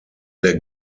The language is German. der